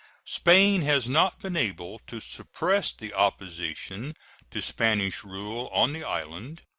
spain has not been able to suppress the opposition to spanish rule on the island,